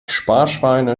sparschweine